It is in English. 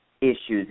issues